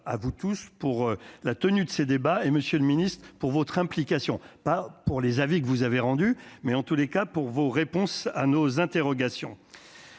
à vous tous pour la tenue de ces débats et Monsieur le Ministre, pour votre implication, pas pour les avis que vous avez rendu mais en tous les cas pour vos réponses à nos interrogations